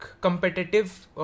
competitive